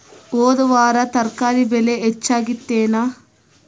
ಹೊದ ವಾರ ತರಕಾರಿ ಬೆಲೆ ಹೆಚ್ಚಾಗಿತ್ತೇನ?